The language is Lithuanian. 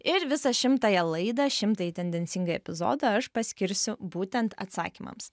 ir visą šimtąją laidą šimtąjį tendencingai epizodą aš paskirsiu būtent atsakymams